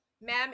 Ma'am